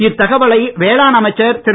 இத்தகவலை வேளாண் அமைச்சர் திரு